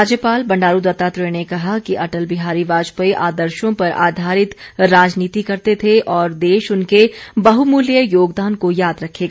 राज्यपाल बंडारू दत्तात्रेय ने कहा है कि अटल बिहारी वाजपेयी आदर्शों पर आधारित राजनीति करते थे और देश उनके बहमूल्य योगदान को याद रखेगा